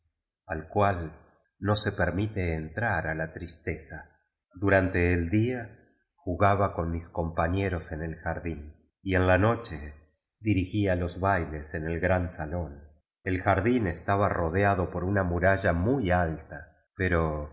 al cual no se permite entrar a la tristeza durante tí día jugaba con mis compañeros en tí jardín y en la noche dirigia loa bailes en ti gran salón el jardín estaba rodeado por una muralla muy alta pero